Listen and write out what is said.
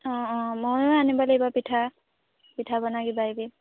অঁ অঁ ময়ো আনিব লাগিব পিঠা পিঠা পনা কিবা এবিধ